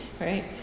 right